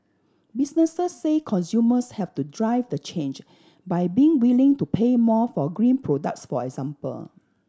businesses say consumers have to drive the change by being willing to pay more for green products for example